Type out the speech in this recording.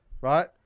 right